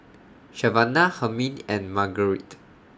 Savanah Hermine and Margarite